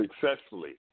successfully